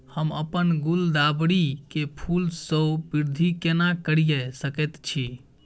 हम अपन गुलदाबरी के फूल सो वृद्धि केना करिये सकेत छी?